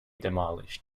demolished